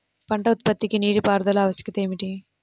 పంట ఉత్పత్తికి నీటిపారుదల ఆవశ్యకత ఏమి?